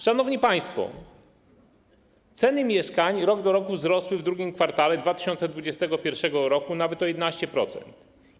Szanowni państwo, ceny mieszkań rok do roku wzrosły w drugim kwartale 2021 r. nawet o 11%.